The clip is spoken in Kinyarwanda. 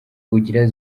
ugira